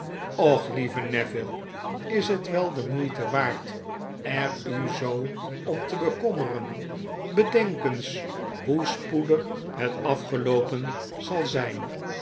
och lieve neville is het wel de moeite waard er u zoo om te bekommeren bedenk eens hoe spoedig het afgeloopen zal zyn